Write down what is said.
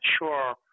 sure